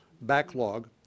backlog